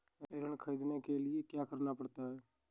ऋण ख़रीदने के लिए क्या करना पड़ता है?